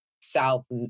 south